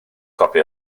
copi